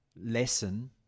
lesson